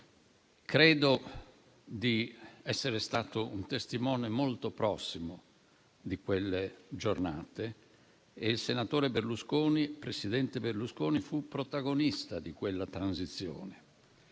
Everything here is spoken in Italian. Credo di essere stato un testimone molto prossimo di quelle giornate e il presidente Berlusconi fu protagonista di quella transizione.